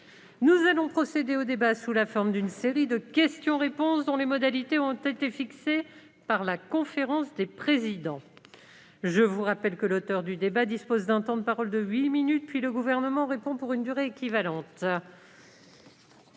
Nous allons procéder au débat sous la forme d'une série de questions-réponses, dont les modalités ont été fixées par la conférence des présidents. Je rappelle que l'auteur de la demande dispose d'un temps de parole de huit minutes, puis le Gouvernement répond pour une durée équivalente.